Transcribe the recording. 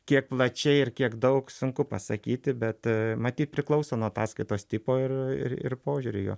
kiek plačiai ir kiek daug sunku pasakyti bet matyt priklauso nuo ataskaitos tipo ir ir požiūrio jo